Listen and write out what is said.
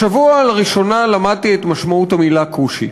השבוע לראשונה למדתי את משמעות המילה "כושי".